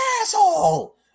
asshole